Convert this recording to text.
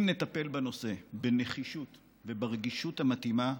אם נטפל בנושא בנחישות וברגישות המתאימות,